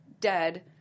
dead